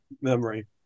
memory